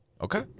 Okay